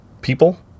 people